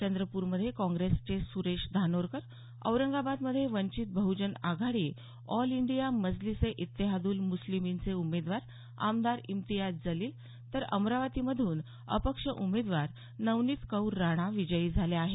चंद्रपूरमध्ये काँग्रेसचे सुरेश धानोरकर औरंगाबादमध्ये वंचित बहजन आघाडी ऑल इंडिया मजलिसे इत्तेहादुल मुस्लिमीनचे उमेदवार आमदार इम्तियाज जलील तर अमरावतीमधून अपक्ष उमेदवार नवनीत कौर राणा विजयी झाल्या आहेत